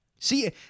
See